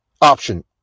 option